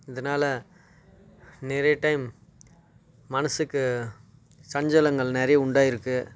இதனால நிறைய டைம் மனசுக்கு சஞ்சனங்கள் நிறைய உண்டாகிருக்கு